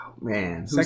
Man